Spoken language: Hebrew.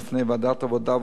בפני ועדת העבודה,